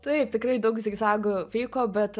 taip tikrai daug zigzagų vyko bet